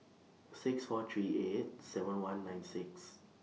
six four three eight seven one nine six